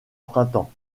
printemps